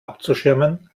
abzuschirmen